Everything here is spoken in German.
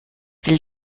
will